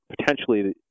potentially